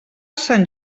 sant